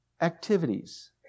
activities